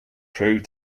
prove